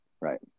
Right